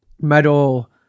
metal